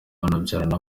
banabyarana